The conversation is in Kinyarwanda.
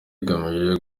rigamije